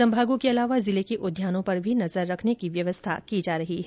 संभागों के अलावा जिले के उद्यानों पर भी नजर रखने की व्यवस्था की जा रही है